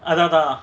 அதா அதா:atha atha